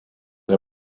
they